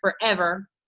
forever